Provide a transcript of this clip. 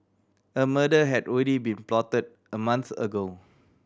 a murder had already been plotted a month ago